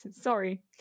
Sorry